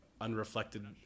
unreflected